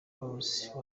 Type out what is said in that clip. pallaso